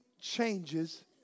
changes